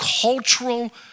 cultural